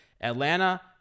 Atlanta